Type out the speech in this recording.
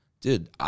Dude